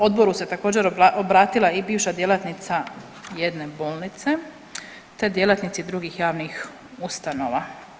Odboru se također, obratila i bivša djelatnica jedne bolnice te djelatnici drugih javnih ustanova.